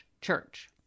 church